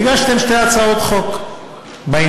והגשתם שתי הצעות חוק בעניין.